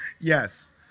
yes